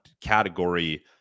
category